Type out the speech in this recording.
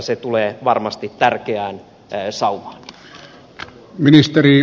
se tulee varmasti tärkeään saumaan